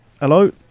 Hello